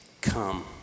come